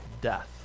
death